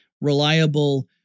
reliable